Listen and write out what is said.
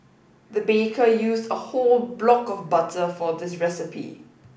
the baker used a whole block of butter for this recipe